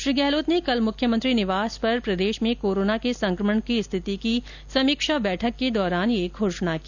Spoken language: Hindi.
श्री गहलोत ने कल मुख्यमंत्री निवास पर प्रदेश में कोरोना के संक्रमण की स्थिति की समीक्षा बैठक के दौरान इसकी घोषणा की